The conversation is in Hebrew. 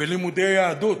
בלימודי יהדות.